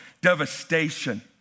devastation